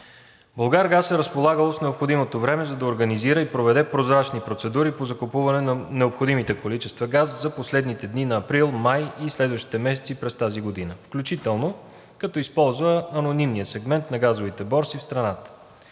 „Булгаргаз“ е разполагало с необходимото време, за да организира и проведе прозрачни процедури по закупуване на необходимите количества газ за последните дни на април, май и следващите месеци през тази година, включително като използва анонимния сегмент на газовите борси в страната.